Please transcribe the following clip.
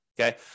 okay